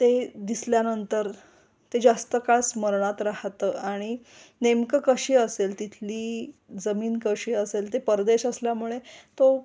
ते दिसल्यानंतर ते जास्त काळ स्मरणात राहतं आणि नेमकं कशी असेल तिथली जमीन कशी असेल ते परदेश असल्यामुळे तो